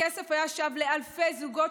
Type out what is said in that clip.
הכסף היה שב לאלפי זוגות,